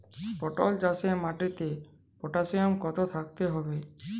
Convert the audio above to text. পটল চাষে মাটিতে পটাশিয়াম কত থাকতে হবে?